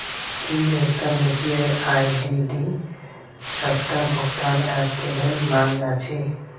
की एकटा UPI ID D सबटा भुगतान ऐप केँ लेल मान्य अछि?